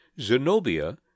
Zenobia